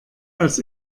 als